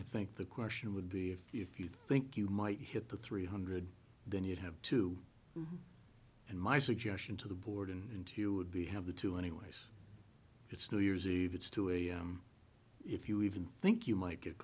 i think the question would be if you think you might hit the three hundred then you'd have to and my suggestion to the board and to you would be have the two anyways it's new year's eve it's to a if you even think you might get